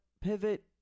Pivot